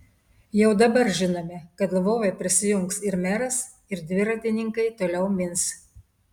jau dabar žinome kad lvove prisijungs ir meras ir dviratininkai toliau mins